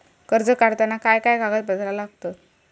कर्ज काढताना काय काय कागदपत्रा लागतत?